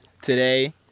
Today